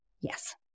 Yes